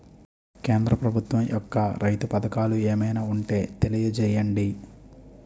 కేంద్ర ప్రభుత్వం యెక్క రైతు పథకాలు ఏమైనా ఉంటే తెలియజేయండి?